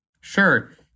Sure